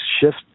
shift